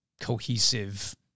cohesive